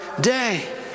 day